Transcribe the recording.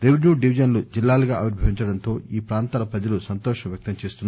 revenue డివిజన్లు జిల్లాలుగా ఆవిర్సవించడంతో ఈ ప్రాంతాల ప్రజలు సంతోషం వ్యక్తంచేస్తున్నారు